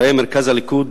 ראה מרכז הליכוד,